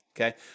okay